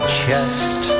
chest